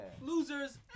Losers